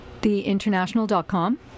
theinternational.com